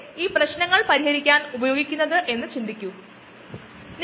microalga biodiesel ഉൽപാദനത്തെക്കുറിച്ചാണ് നമ്മൾ സംസാരിച്ചതെന്ന് ഓർക്കുക